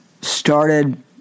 started